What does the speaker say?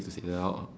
to say that out